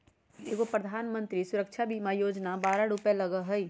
एगो प्रधानमंत्री सुरक्षा बीमा योजना है बारह रु लगहई?